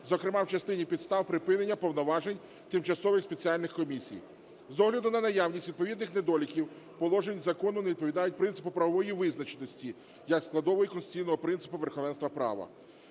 зокрема в частині підстав припинення повноважень тимчасових спеціальних комісій. З огляду на наявність відповідних недоліків, положення закону не відповідають принципу правової визначеності як складової конституційного принципу верховенства права.